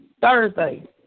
Thursday